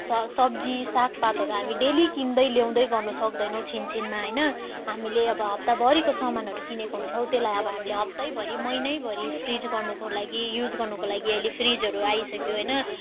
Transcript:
स सब्जी सागपातहरू हामी डेली किन्दै ल्याउँदै गर्नु सक्दैनौँ छिन् छिनमा होइन हामीले अब हप्ताभरिको सामानहरू किनेको हुन्छौँ त्यसलाई अब हामीले हप्ताभरि महिनाभरि फ्रिज गर्नुको लागि युज गर्नुको लागि अहिले फ्रिजहरू आइसक्यो होइन